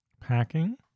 packing